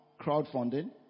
crowdfunding